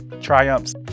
triumphs